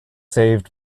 saved